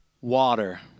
water